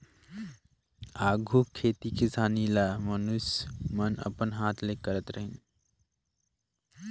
आघु खेती किसानी ल मइनसे मन अपन हांथे ले करत रहिन